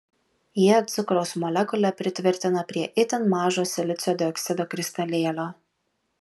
jie cukraus molekulę pritvirtina prie itin mažo silicio dioksido kristalėlio